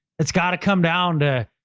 it's got to come down to.